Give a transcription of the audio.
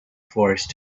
forced